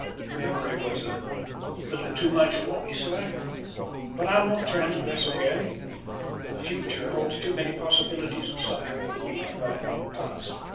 the memory was a little too much for me, sir but i'll not transgress again the future holds too many possibilities of suffering for me to dwell upon the past.